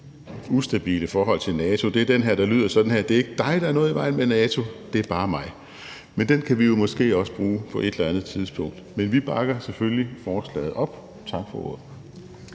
ustabile forhold til NATO, er den, der lyder sådan her: Det er ikke dig, der er noget i vejen med, NATO, det er bare mig. Men den kan vi jo måske også bruge på et eller andet tidspunkt. Men vi bakker selvfølgelig forslaget op. Tak for ordet.